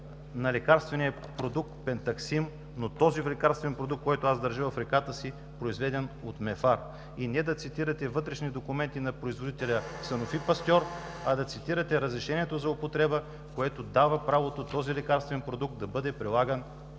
на лекарствения продукт Пентаксим, но този лекарствен продукт, който държа в ръката си (показва го), произведен от „Мефар”. Не да цитирате вътрешни документи на производителя „Санофи Пастьор”, а да цитирате разрешението за употреба, което дава правото този лекарствен продукт да бъде прилаган